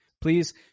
Please